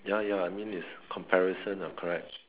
ya ya I mean is comparison correct